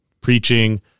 preaching